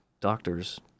doctors